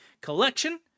collection